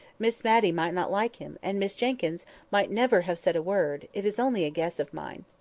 miss matty might not like him and miss jenkyns might never have said a word it is only a guess of mine.